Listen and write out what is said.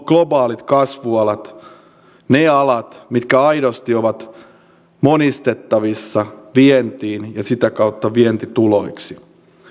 globaalit kasvualat ne alat mitkä aidosti ovat monistettavissa vientiin ja sitä kautta vientituloiksi